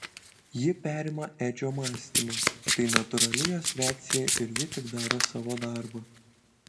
ji perima edžio mąstymą tai natūrali jos reakcija ir ji tik daro savo darbą